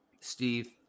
Steve